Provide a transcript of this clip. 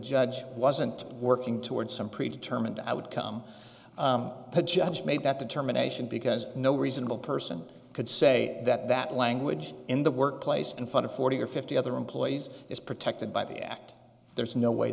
judge wasn't working toward some pre determined i would come to judge made that determination because no reasonable person could say that that language in the workplace and front of forty or fifty other employees is protected by the act there's no way